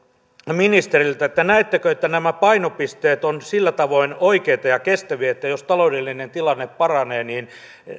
ministeriltä näettekö että nämä painopisteet ovat sillä tavoin oikeita ja kestäviä että jos taloudellinen tilanne paranee niin